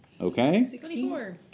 Okay